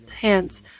hands